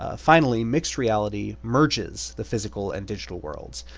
ah finally, mixed reality merges the physical and digital worlds,